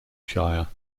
shire